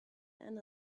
and